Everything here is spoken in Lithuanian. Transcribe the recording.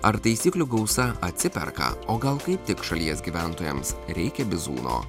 ar taisyklių gausa atsiperka o gal kaip tik šalies gyventojams reikia bizūno